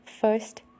First